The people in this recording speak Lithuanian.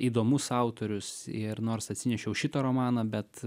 įdomus autorius ir nors atsinešiau šitą romaną bet